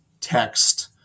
text